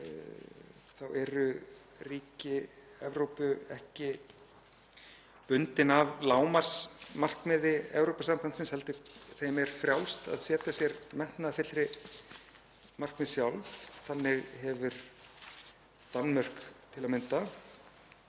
eru ríki Evrópu ekki bundin af lágmarksmarkmiði Evrópusambandsins heldur er þeim frjálst að setja sér metnaðarfyllri markmið sjálf. Þannig hefur Danmörk til að mynda